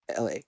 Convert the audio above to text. la